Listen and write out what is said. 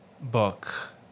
book